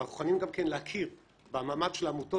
אנחנו מוכנים גם להכיר במעמד של העמותות,